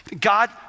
God